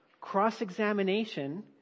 Cross-examination